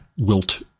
Wilt